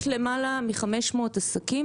יש למעלה מ-500 עסקים,